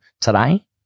today